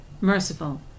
merciful